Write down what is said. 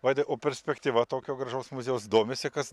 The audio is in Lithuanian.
vaidai o perspektyva tokio gražaus muziejaus domisi kas